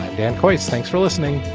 and dan coats, thanks for listening